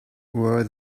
were